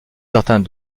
certains